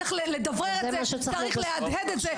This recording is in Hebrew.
צריך לדברר את זה,